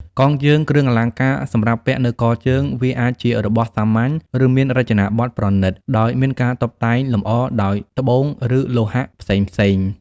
កងជើង គ្រឿងអលង្ការសម្រាប់ពាក់នៅកជើង វាអាចជារបស់សាមញ្ញ ឬមានរចនាបថប្រណិត ដោយមានការតុបតែងលម្អដោយត្បូង ឬលោហៈផ្សេងៗ។